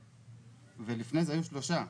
לפני זה היו שלושה.